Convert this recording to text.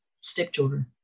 stepchildren